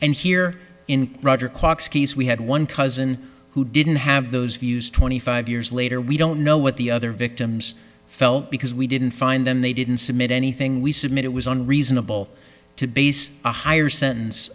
and here in roger kwok ski's we had one cousin who didn't have those views twenty five years later we don't know what the other victims felt because we didn't find them they didn't submit anything we submit it was on reasonable to base a higher sentence